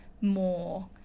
more